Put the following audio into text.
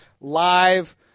live